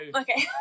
Okay